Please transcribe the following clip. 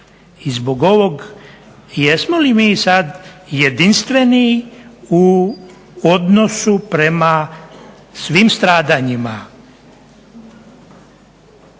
i zbog ovog jesmo li mi sad jedinstveni u odnosu prema svim stradanjima